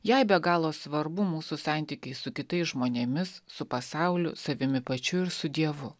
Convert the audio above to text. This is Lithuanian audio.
jai be galo svarbu mūsų santykiai su kitais žmonėmis su pasauliu savimi pačiu ir su dievu